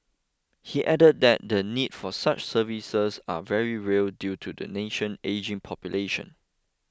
he added that the need for such services are very real due to the nation ageing population